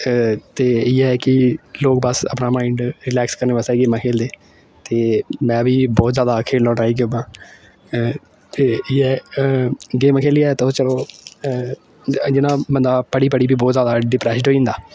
ते इयै कि लोक बस अपना माइंड रिलैक्स करने बास्तै गेमां खेलदे ते में बी बहुत जादा खेलना होन्ना ट्राई गेमां ते इयै गेमां खेलियै तुस चलो जियां बंदा पढ़ी पढ़ी बी बहुत जादा डिप्रैस्ड होई जंदा